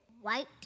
white